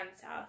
south